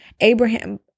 Abraham